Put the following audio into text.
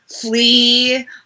flee